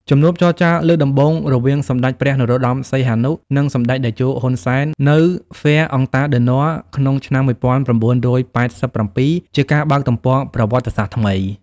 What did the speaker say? ជំនួបចរចាលើកដំបូងរវាងសម្តេចព្រះ នរោត្តម សីហនុ និងសម្តេចតេជោ ហ៊ុន សែន នៅ Fère-en-Tardenois ក្នុងឆ្នាំ ១៩៨៧ ជាការបើកទំព័រប្រវត្តិសាស្ត្រថ្មី។